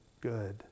good